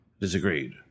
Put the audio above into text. disagreed